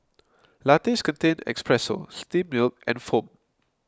lattes contain espresso steamed milk and foam